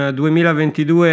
2022